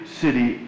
city